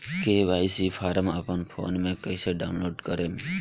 KYC form अपना phone मे कइसे डाऊनलोड करेम?